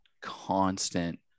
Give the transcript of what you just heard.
constant